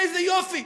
איזה יופי.